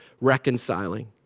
reconciling